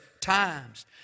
times